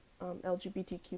LGBTQ